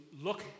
look